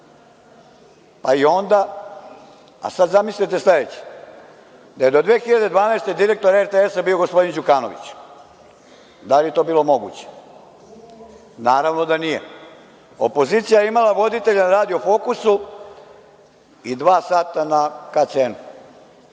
a i onda. Zamislite sad sledeće – da je do 2012. godine direktor RTS-a bio gospodin Đukanović. Da li bi to bilo moguće? Naravno da ne. Opozicija je imala voditelja na radio Fokusu i dva sata na KCN-u,